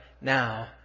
now